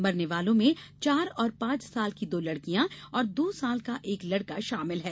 मरने वालों में चार और पांच साल की दो लड़किया और दो साल का एक लड़का शामिल है